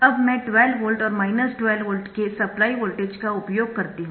अब मैं 12 वोल्ट और 12 वोल्ट के सप्लाई वोल्टेज का उपयोग करती हूं